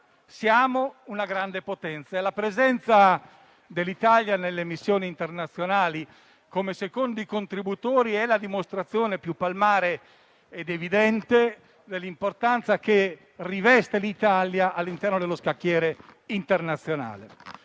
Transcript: siamo una grande potenza. La presenza dell'Italia nelle missioni internazionali come secondo contributore è la dimostrazione più palmare ed evidente dell'importanza che riveste l'Italia all'interno dello scacchiere internazionale.